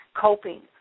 coping